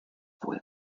wohl